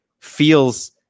feels